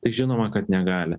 tai žinoma kad negali